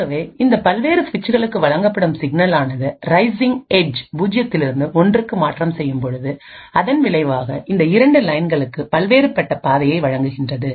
ஆகவே இந்த பல்வேறு சுவிட்சுகளுக்கு வழங்கப்படும் சிக்னல் ஆனது ரைசிங் ஏட்ஜ் பூஜ்யத்திலிருந்து ஒன்றுக்கு மாற்றம் செய்யும் பொழுது அதன் விளைவாக இந்த இரண்டு லயன்களுக்குபல்வேறுபட்ட பாதையை வழங்குகின்றது